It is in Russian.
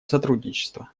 сотрудничества